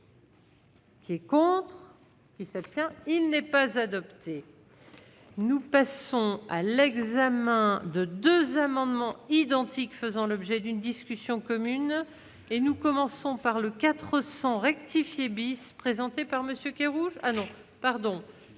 Qui est contre. Qui ça, il n'est pas adopté, nous passons à l'examen de 2 amendements. Identiques faisant l'objet d'une discussion commune et nous commençons par le 400 rectifier bis présenté par monsieur